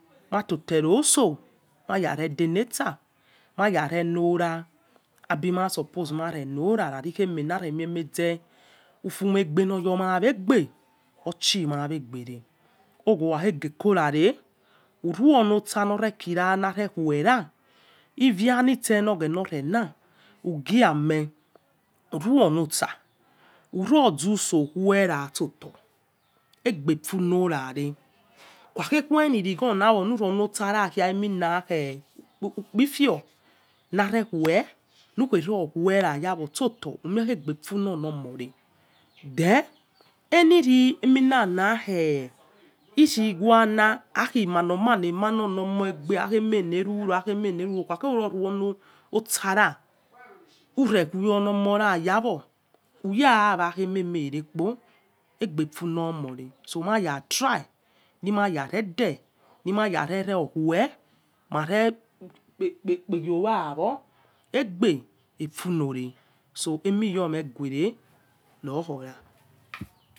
Wato to ero usol waya re de le'sa abi suppose ma re lora khair kheme lare memeze ufu meigbe no yo ma igbe orshi ma wegbe a orkhage cora re uriolosa live khura evia lese loghena nela uriame uniolosa urazusoh khue ra soto egbefulo rare ughaghe wailigwo lale iyoolosana khai emina khe. Ukpifio nake khue nure khue irayawo aigbe funo yare, eleri ighue rana khe eai ghua akhi malo malo eh malo lo'aigbe akhi mela ruro akhi mela ruro ukhaghe khior rulo'sa na, urekhue olomona yawo urawa ememe rere kpo oligbe funomore so maya tay nima yerede mare ro khue, mare kpegho' owa wo egbefuno re, enu yomeghure lokho ra.